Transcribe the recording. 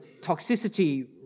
toxicity